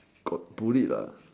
got bullied lah